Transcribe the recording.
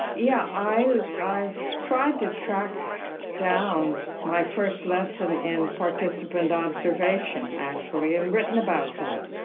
yeah i've i've tried to track down my first lesson in participant observation, actually, and written about that,